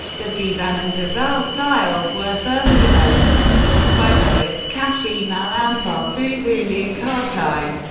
the divan and ghazal styles were further developed by poets qasim al-anvar, fuzuli and khatai.